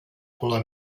color